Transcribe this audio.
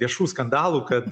viešų skandalų kad